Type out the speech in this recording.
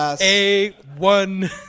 A-one